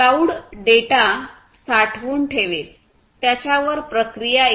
cloud data साठवून ठेवेल त्याच्यावर प्रक्रिया इ